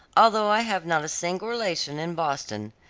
although i have not a single relation in boston,